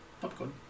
popcorn